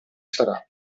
sarà